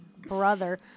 brother